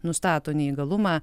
nustato neįgalumą